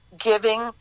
giving